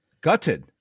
Gutted